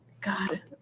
God